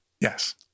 Yes